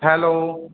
hello